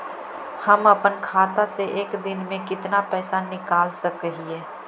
हम अपन खाता से एक दिन में कितना पैसा निकाल सक हिय?